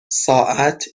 ساعت